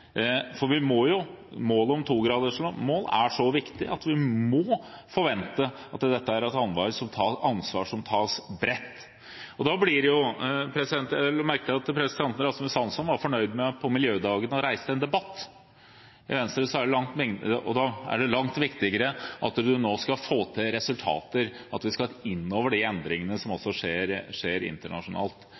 så alvorlige, må vi forvente at også alle andre land begynner å redusere sine utslipp. Målet om to grader er så viktig at vi må forvente at dette er et ansvar som tas bredt. Jeg la merke til at representanten Rasmus Hansson var fornøyd med å reise en debatt på miljødagen. I Venstre er det langt viktigere at en får resultater, at vi tar inn over oss de endringene som også skjer internasjonalt.